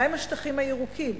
מה הם השטחים הירוקים.